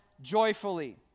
joyfully